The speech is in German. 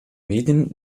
medien